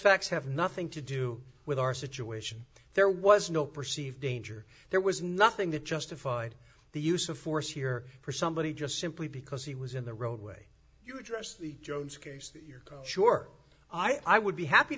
facts have nothing to do with our situation there was no perceived danger there was nothing that justified the use of force here for somebody just simply because he was in the roadway you address the jones case you're sure i would be happy